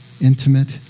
intimate